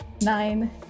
nine